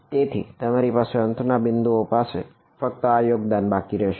તેથી તમારી પાસે અંતના બિંદુ પાસે ફક્ત આ યોગદાન બાકી રહેશે